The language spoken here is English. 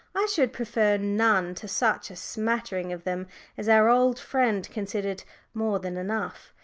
i should prefer none to such a smattering of them as our old friend considered more than enough.